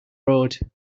road